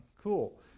cool